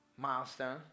milestone